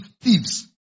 thieves